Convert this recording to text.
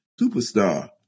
superstar